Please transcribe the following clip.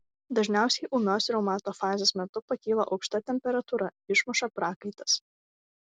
dažniausiai ūmios reumato fazės metu pakyla aukšta temperatūra išmuša prakaitas